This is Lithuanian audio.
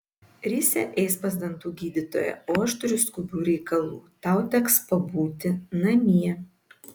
risia eis pas dantų gydytoją o aš turiu skubių reikalų tau teks pabūti namie